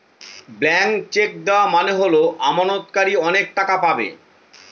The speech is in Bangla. ব্ল্যান্ক চেক দেওয়া মানে হল আমানতকারী অনেক টাকা পাবে